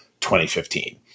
2015